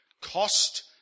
cost